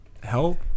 help